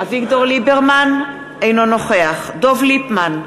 ליברמן, אינו נוכח דב ליפמן,